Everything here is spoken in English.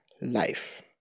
life